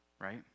Right